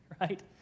right